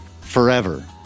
Forever